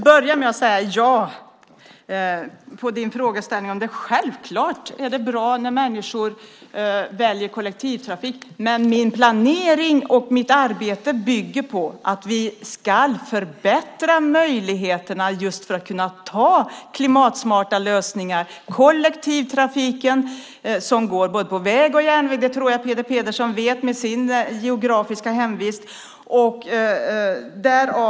Herr talman! Svaret på Peter Pedersens fråga är ja. Självklart är det bra när människor väljer kollektivtrafiken. Men min planering och mitt arbete bygger på att vi ska förbättra möjligheterna att välja klimatsmarta lösningar. Jag avser då kollektivtrafiken på både väg och järnväg - det tror jag att Peter Pedersen utifrån sin geografiska hemvist vet.